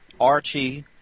Archie